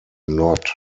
not